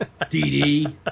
DD